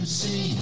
see